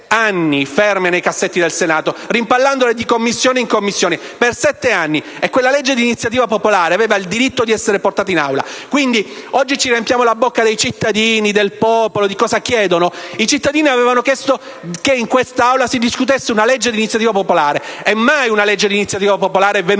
anni chiuse nei cassetti del Senato, rimpallandole di Commissione in Commissione. Quel disegno di legge di iniziativa popolare aveva il diritto di essere portato in Aula. Oggi ci riempiamo la bocca di cittadini, di popolo, di cosa chiedono. I cittadini avevano chiesto che in quest'Aula si discutesse un disegno di legge di iniziativa popolare, e mai un provvedimento di iniziativa popolare è